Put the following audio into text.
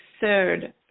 third